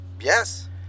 Yes